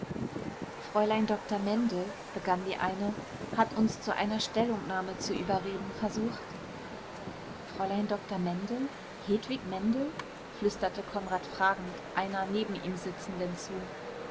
fräulein dr mendel begann die eine hat uns zu einer stellungnahme zu überreden versucht fräulein dr mendel hedwig mendel flüsterte konrad fragend einer neben ihm sitzenden zu